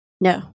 No